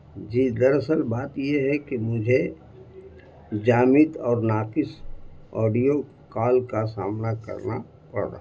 جی دراصل بات یہ ہے کہ مجھے جامد اور ناقص آڈیو کال کا سامنا کرنا پڑ رہا ہے